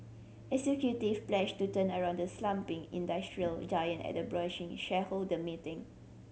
pledged to turn around the slumping industrial giant at a brushing shareholder meeting